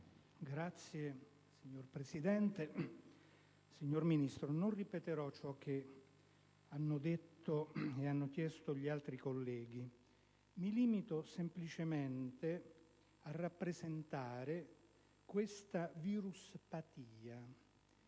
*(IdV)*. Signor Presidente, signor Ministro, non ripeterò ciò che hanno detto e hanno chiesto gli altri colleghi. Mi limito semplicemente a rappresentare questa "viruspatia",